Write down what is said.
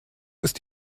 ist